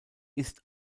ist